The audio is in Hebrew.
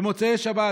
במוצאי שבת,